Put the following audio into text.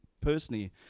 personally